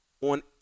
on